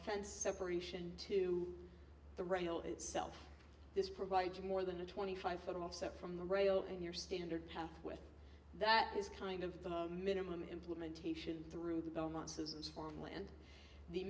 fence separation to the rail itself this provides more than a twenty five foot offset from the rail and your standard path with that is kind of the minimum implementation through the belmont susans farmland the